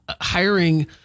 hiring